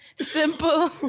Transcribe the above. Simple